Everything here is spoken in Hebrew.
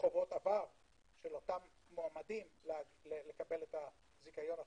חובות עבר של אותם מועמדים לקבל את הזיכיון החדש,